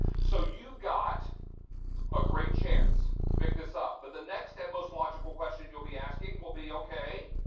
so you've got a great chance to pick this up. but the next and most logical question you'll be asking will be, okay,